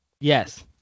Yes